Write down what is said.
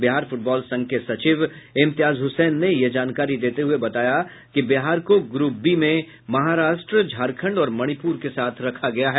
Bihar football संघ के सचिव इम्तियाज हुसैन ने यह जानकारी देते हुए बताया कि बिहार को ग्रुप बी में महाराष्ट्र झारखंड और मणिपुर के साथ रखा गया है